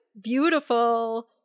beautiful